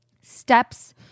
steps